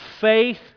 faith